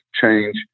change